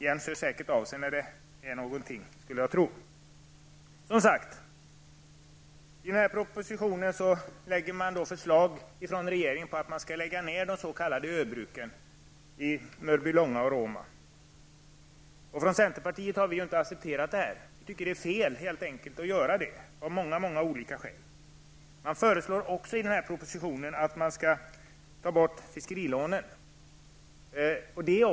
Jens Eriksson hör säkert av sig om det behövs. Roma. Vi har från centerpartiet inte accepterat det här. Det är fel att göra det av många olika skäl. I propositionen föreslås också att fiskerilånen skall tas bort.